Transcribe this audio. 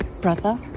brother